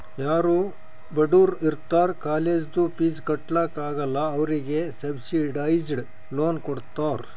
ಯಾರೂ ಬಡುರ್ ಇರ್ತಾರ ಕಾಲೇಜ್ದು ಫೀಸ್ ಕಟ್ಲಾಕ್ ಆಗಲ್ಲ ಅವ್ರಿಗೆ ಸಬ್ಸಿಡೈಸ್ಡ್ ಲೋನ್ ಕೊಡ್ತಾರ್